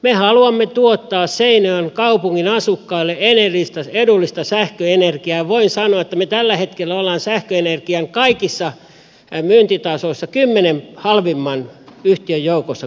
me haluamme tuottaa seinäjoen kaupungin asukkaille edullista sähköenergiaa ja voin sanoa että me tällä hetkellä olemme sähköenergian kaikissa myyntitasoissa kymmenen halvimman yhtiön joukossa koko maassa